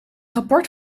rapport